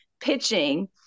pitching